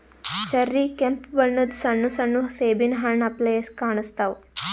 cherry ಕೆಂಪ್ ಬಣ್ಣದ್ ಸಣ್ಣ ಸಣ್ಣು ಸೇಬಿನ್ ಹಣ್ಣ್ ಅಪ್ಲೆ ಕಾಣಸ್ತಾವ್